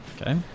Okay